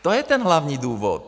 To je ten hlavní důvod.